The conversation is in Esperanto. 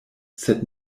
sed